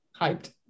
hyped